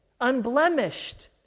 unblemished